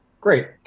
Great